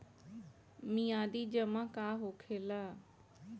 मियादी जमा का होखेला?